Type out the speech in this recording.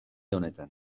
honetan